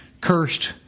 cursed